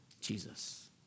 Jesus